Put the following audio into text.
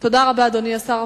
תודה רבה, אדוני השר.